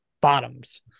bottoms